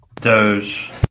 Doge